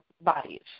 bodies